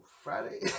Friday